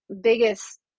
biggest